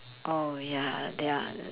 oh ya they are